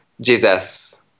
Jesus